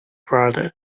brother